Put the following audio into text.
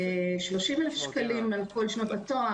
יקבל 30,000 שקלים על כל שנות התואר.